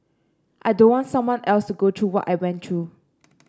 I don't want someone else to go through what I went through